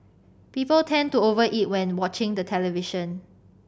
people tend to over eat when watching the television